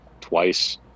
twice